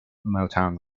motown